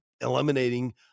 eliminating